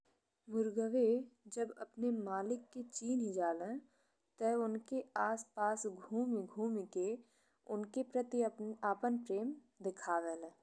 मुर्गावे जब अपने मालिक के चिन्ही जले ते उनके आस पास घुमी घुमी के उनके प्रति आपन प्रेम देखावेले।